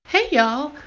hey, y'all.